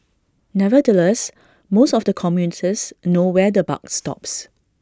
nevertheless most of the commuters know where the buck stops